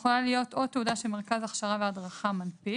יכולה להיות או תעודה שמרכז ההכשרה וההדרכה מנפיק